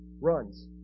runs